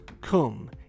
come